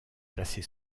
placée